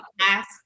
ask